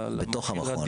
בתוך המכון?